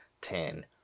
ten